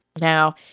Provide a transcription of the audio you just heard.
Now